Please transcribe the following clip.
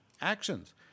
actions